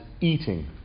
eating